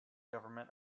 government